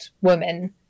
woman